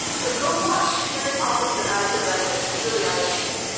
so go watch mary poppins with an eye for brexit's really eye opening.